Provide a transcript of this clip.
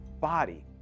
body